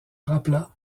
rappela